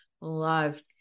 loved